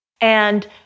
And-